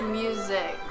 music